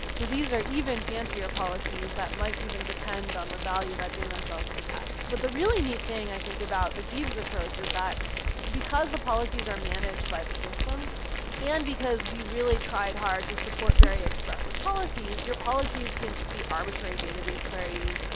so these are even fancier policies that might even depend on the value that they themselves protect. but the really neat think, i think, about the jeeves approach is that because the policies are managed by the system and because we really tried hard to support very expressive policies, your policies can just be arbitrary database queries,